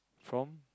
from